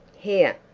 here,